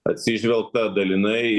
atsižvelgta dalinai